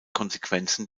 konsequenzen